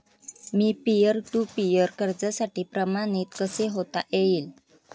Me peer to peer कर्जासाठी प्रमाणित कसे होता येईल?